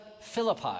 Philippi